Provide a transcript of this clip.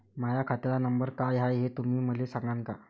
माह्या खात्याचा नंबर काय हाय हे तुम्ही मले सागांन का?